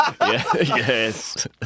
Yes